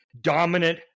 Dominant